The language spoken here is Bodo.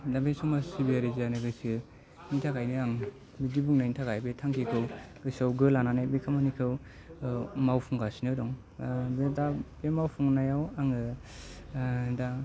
दा बे समाज सिबियारि जानो गोसोनि थाखायनो आं बिदि बुंनायनि थाखाय बे थांखिखौ गोसोआव गो लानानै बे खामानिखौ मावफुंगासिनो दं बे दा मावफुंनायाव आङो दा